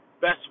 best